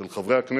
של חברי הכנסת,